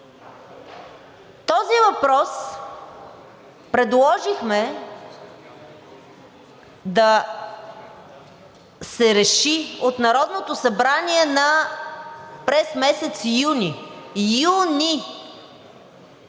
Този въпрос предложихме да се реши от Народното събрание през месец юни. Юни!